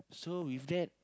so with that